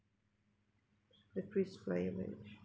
the kris flyer mileage